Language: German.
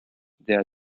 der